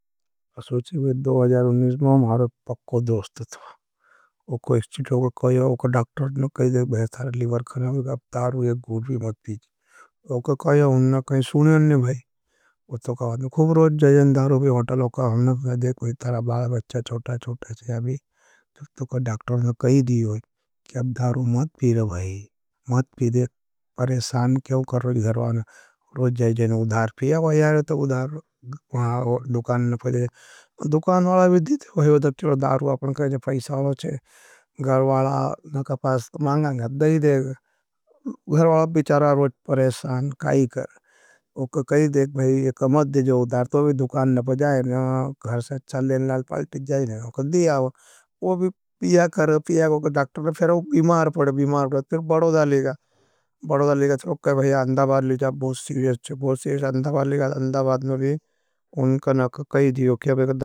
असोची वेड्ड दो हजार उननोस में मारे पक्को दोस्त थवा। वो कोई इस्टिटो कोई याओ, वो कोई डाक्टोर्ट नो कही दे, भै तारा लिवर्खना हो गया, तारू एक गूर्ड भी मत पीजी। वो कोई कोई याओ, उनना कही सुनियान ने भै। ओओ तो कोई रोज दारू भी होटल चे लेवे। ठरण बाल बच्चों छोटे है जब मन के तो मत पी भाई। उका बाप बिचार रोज परेशान, कई करे भाई। ओ भी परेशान रहेवे, अहमदाबाद में भी उका नई कई दो।